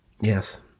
yes